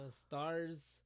Stars